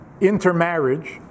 intermarriage